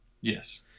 Yes